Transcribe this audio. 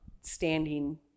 standing